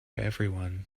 everyone